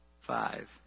Five